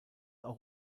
auch